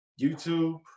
YouTube